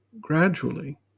gradually